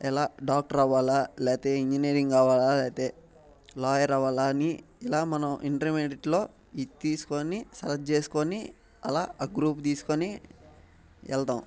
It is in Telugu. ఎలా డాక్టర్ అవ్వాలా లేతే ఇంజనీరింగ్ అవ్వాలా లేతే లాయర్ అవ్వాలా అని ఇలా మనం ఇంటర్మీడెట్లో ఇది తీసుకుని సెలెక్ట్ చేసుకుని అలా ఆ గ్రూప్ తీసుకుని వెళ్తాం